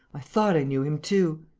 i thought i knew him too.